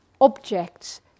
objects